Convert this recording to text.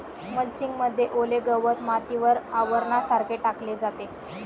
mulching मध्ये ओले गवत मातीवर आवरणासारखे टाकले जाते